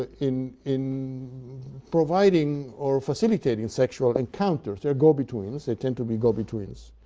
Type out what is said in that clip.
ah in in providing or facilitating sexual encounters they're go-betweens, they tend to be go-betweens,